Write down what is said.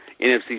NFC